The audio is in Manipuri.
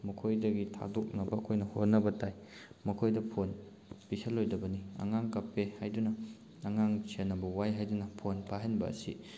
ꯃꯈꯣꯏꯗꯒꯤ ꯊꯥꯗꯣꯛꯅꯕ ꯑꯩꯈꯣꯏꯅ ꯍꯣꯠꯅꯕ ꯇꯥꯏ ꯃꯈꯣꯏꯗ ꯐꯣꯟ ꯄꯤꯁꯜꯂꯣꯏꯗꯕꯅꯤ ꯑꯉꯥꯡ ꯀꯞꯄꯦ ꯍꯥꯏꯗꯨꯅ ꯑꯉꯥꯡ ꯁꯦꯟꯅꯕ ꯋꯥꯏ ꯍꯥꯏꯗꯨꯅ ꯐꯣꯟ ꯄꯥꯏꯍꯟꯕ ꯑꯁꯤ